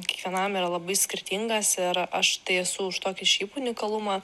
kiekvienam yra labai skirtingas ir aš tai esu už tokį šiaip unikalumą